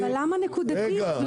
זה לא יעזור, הם חוסמים את זה כל הזמן.